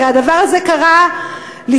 הרי הדבר הזה קרה לפני,